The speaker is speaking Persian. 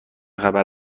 خبر